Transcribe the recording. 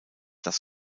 das